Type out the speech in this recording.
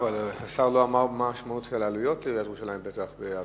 השר לא אמר מה המשמעות של העלויות לעיריית ירושלים בהעברת